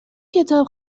کتاب